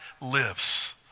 lives